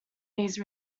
these